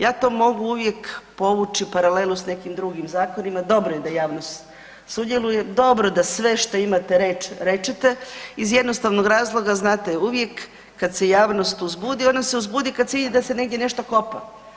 Ja to mogu uvijek povući paralelu s nekim drugim zakonima, dobro je da javnost sudjeluje, dobro da sve što imate reći rečete iz jednostavnog razloga, znate, uvijek kad se javnost uzbudi, ona se uzbudi kad vidi da se negdje nešto kopa.